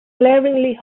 glaringly